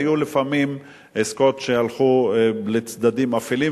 והיו לפעמים עסקאות שהלכו לצדדים אפלים,